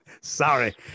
sorry